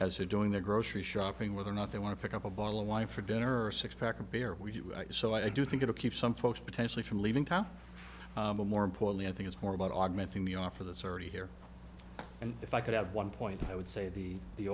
it doing their grocery shopping whether or not they want to pick up a bottle of wine for dinner or a six pack of beer so i do think it'll keep some folks potentially from leaving town more importantly i think it's more about augmenting the offer that's already here and if i could have one point i would say the the